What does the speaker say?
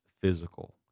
physical